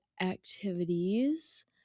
activities